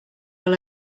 your